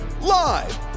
live